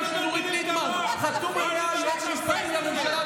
הם אמרו 16, שום דבר לא נמצא.